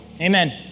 Amen